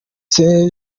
saint